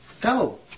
go